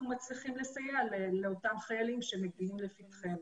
מצליחים לסייע לאותם חיילים שמגיעים לפתחנו.